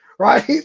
Right